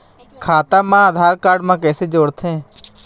खाता मा आधार कारड मा कैसे जोड़थे?